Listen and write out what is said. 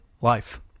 life